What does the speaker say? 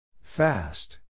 Fast